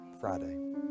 Friday